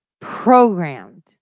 programmed